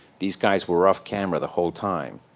these guys were off camera the whole time.